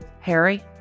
Harry